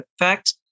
effect